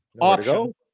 option